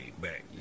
back